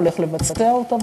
הוא הולך לבצע אותה,